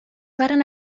varen